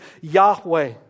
Yahweh